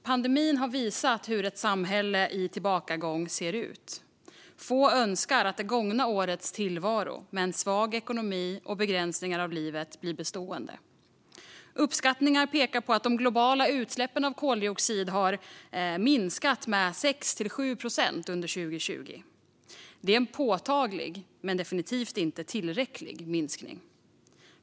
Pandemin har visat hur ett samhälle i tillbakagång ser ut. Få önskar att det gångna årets tillvaro, med en svag ekonomi och med begränsningar av livet, blir bestående. Uppskattningar pekar på att de globala utsläppen av koldioxid har minskat med 6-7 procent under 2020. Det är en minskning som är påtaglig men definitivt inte tillräcklig.